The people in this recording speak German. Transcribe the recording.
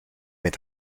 mit